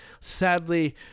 Sadly